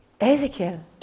Ezekiel